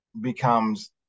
becomes